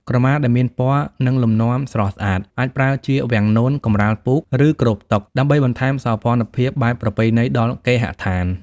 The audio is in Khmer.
ក្រមាដែលមានពណ៌ និងលំនាំស្រស់ស្អាត អាចប្រើជាវាំងនន កម្រាលពូក ឬគ្របតុ ដើម្បីបន្ថែមសោភ័ណភាពបែបប្រពៃណីដល់គេហដ្ឋាន។